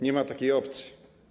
Nie ma takiej opcji.